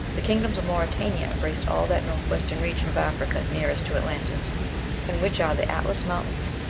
the kingdoms of mauritania embraced all that north-western region of africa nearest to atlantis in which are the atlas mountains,